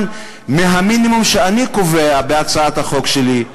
מהמינימום שאני קובע בהצעת החוק שלי,